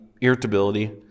irritability